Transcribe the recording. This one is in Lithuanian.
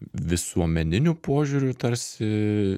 visuomeniniu požiūriu tarsi